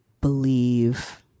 believe